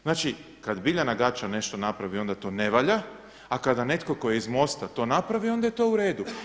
Znači kad Biljana Gaća nešto napravi onda to ne valja, a kada netko tko je iz MOST-a to napravio onda je to uredu.